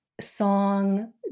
song